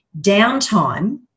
downtime